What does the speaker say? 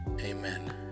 Amen